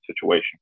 situation